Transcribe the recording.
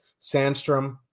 Sandstrom